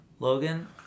Logan